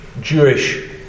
Jewish